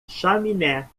chaminé